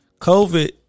COVID